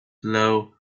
love